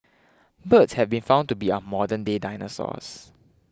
birds have been found to be our modernday dinosaurs